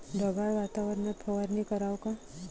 ढगाळ वातावरनात फवारनी कराव का?